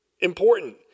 important